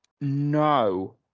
no